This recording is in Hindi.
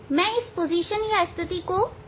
मैं इस दर्पण की स्थिति को लिख लेता हूं